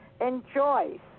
Enjoy